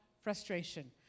frustration